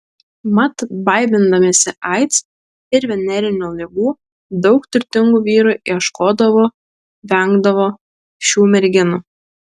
mat baimindamiesi aids ir venerinių ligų daug turtingų vyrų ieškodavo vengdavo šių merginų